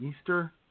Easter